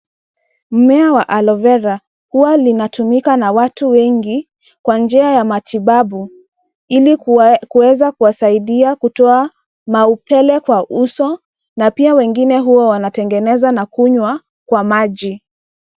Mmea wa aloe vera huwa linatumika na watu wengi kwa njia ya matibabu ili kuweza kuwasaidia kutoa maupele kwa uso na pia wengine huwa wanatengeneza na kunywa kwa maji.